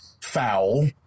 foul